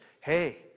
hey